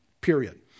period